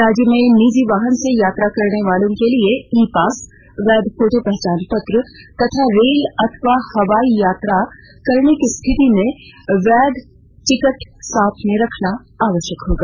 राज्य में निजी वाहन से यात्रा करने वालों के लिए ई पास वैध फोटो पहचान पत्र तथा रेल अथवा हवाई यात्रा करने की स्थिति में वैध टिकट साथ में रखना आवश्यक होगा